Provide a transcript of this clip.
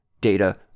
data